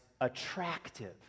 attractive